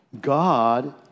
God